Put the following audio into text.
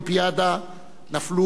נפלו על אוזניים ערלות.